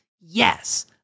Yes